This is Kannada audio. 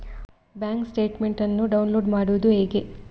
ಬ್ಯಾಂಕ್ ಸ್ಟೇಟ್ಮೆಂಟ್ ಅನ್ನು ಡೌನ್ಲೋಡ್ ಮಾಡುವುದು ಹೇಗೆ?